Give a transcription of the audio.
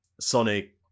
Sonic